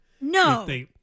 No